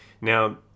Now